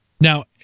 Now